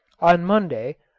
on monday,